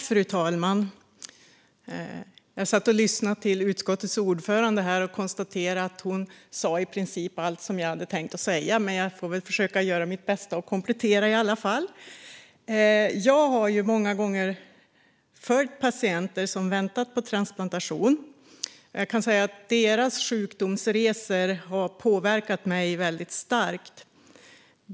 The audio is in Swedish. Fru talman! Jag satt och lyssnade på utskottets ordförande och konstaterade att hon i princip sa allt jag hade tänkt säga. Men jag får väl försöka göra mitt bästa och komplettera. Jag har många gånger följt patienter som väntat på transplantation. Deras sjukdomsresor har påverkat mig starkt.